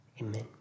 Amen